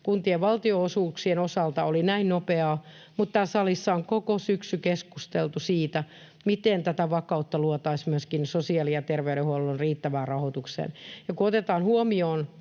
kuntien valtionosuuksien osalta oli näin nopeaa, mutta täällä salissa on koko syksy keskusteltu siitä, miten tätä vakautta luotaisiin myöskin sosiaali‑ ja terveydenhuollon riittävään rahoitukseen. Kun otetaan huomioon